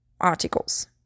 articles